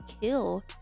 kill